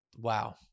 Wow